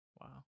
Wow